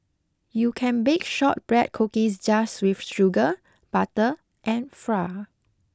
you can bake shortbread cookies just with sugar butter and flour